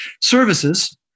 services